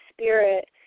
spirit